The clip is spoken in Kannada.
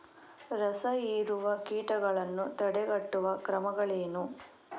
ರಸಹೀರುವ ಕೀಟಗಳನ್ನು ತಡೆಗಟ್ಟುವ ಕ್ರಮಗಳೇನು?